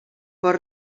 pot